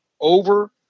over